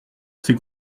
assez